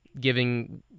giving